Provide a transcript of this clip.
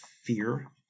fear